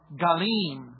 Galim